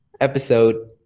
episode